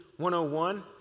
101